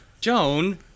Joan